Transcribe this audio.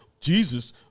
jesus